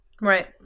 Right